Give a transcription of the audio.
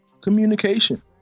communication